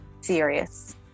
serious